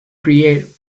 create